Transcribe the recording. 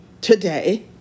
today